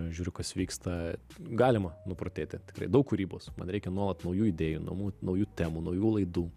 žiūriu kas vyksta galima nuprotėti tikrai daug kūrybos man reikia nuolat naujų idėjų namų naujų temų naujų laidų